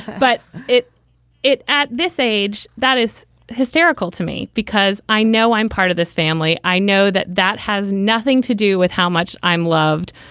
but it it at this age, that is hysterical to me because i know i'm part of this family. i know that that has nothing to do with how much i'm loved.